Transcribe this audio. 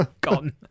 gone